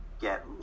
get